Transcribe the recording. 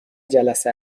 جلسه